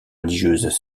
religieuses